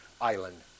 island